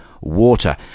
water